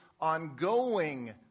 ongoing